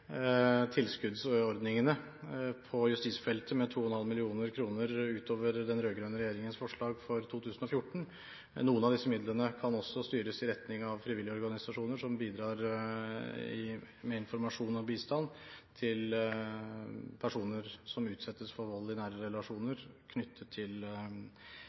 med 2,5 mill. kr utover den rød-grønne regjeringens forslag for 2014. Noen av disse midlene kan også styres i retning av frivillige organisasjoner, som bidrar med informasjon og bistand til personer som utsettes for vold i nære relasjoner knyttet til